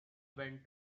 went